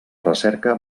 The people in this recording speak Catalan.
recerca